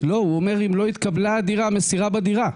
לא, הוא אומר אם לא התקבלה מסירה בדירה.